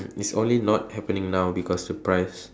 is only not happening now because the price